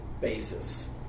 basis